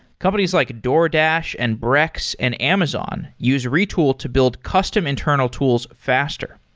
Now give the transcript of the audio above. companies like a doordash, and brex, and amazon use retool to build custom internal tools faster.